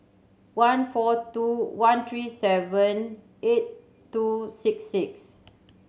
one four two one three seven eight two six six